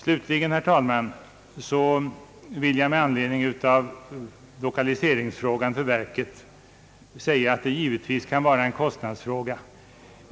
Slutligen, herr talman, vill jag säga att verkets lokaliseringsfråga givetvis kan vara en kostnadsfråga.